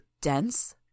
dense